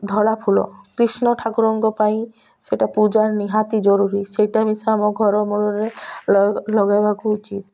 ଧଳା ଫୁଲ କ୍ରିଷ୍ଣ ଠାକୁରଙ୍କ ପାଇଁ ସେଟା ପୂଜାରେ ନିହାତି ଜରୁରୀ ସେଇଟା ମିଶା ଆମ ଘର ମୂଳରେ ଲ ଲଗାଇବାକୁ ଉଚିତ୍